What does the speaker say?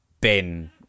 Ben